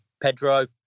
Pedro